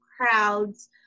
crowds